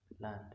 land